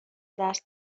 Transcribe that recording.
درس